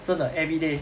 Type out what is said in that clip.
真的 everyday